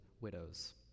widows